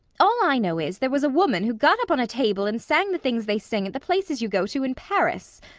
all i know is, there was a woman who got up on a table and sang the things they sing at the places you go to in paris.